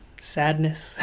sadness